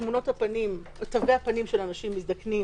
שתווי הפנים של אנשים מזדקנים